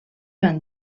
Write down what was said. van